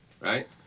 right